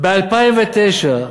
ב-2009,